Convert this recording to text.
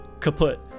kaput